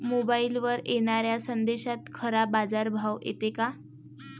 मोबाईलवर येनाऱ्या संदेशात खरा बाजारभाव येते का?